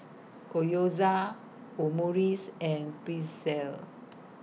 Gyoza Omurice and Pretzel